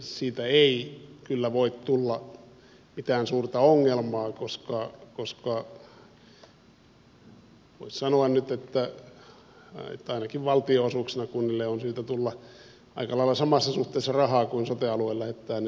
siitä ei kyllä voi tulla mitään suurta ongelmaa koska voisi sanoa nyt että ainakin valtionosuuksina kunnille on syytä tulla aika lailla samassa suhteessa rahaa kuin sote alue lähettää niille laskuja